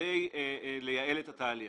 כדי לייעל את התהליך.